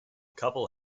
couple